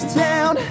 town